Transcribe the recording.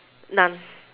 none